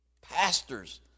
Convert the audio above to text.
pastors